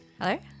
Hello